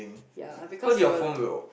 yeah because it will like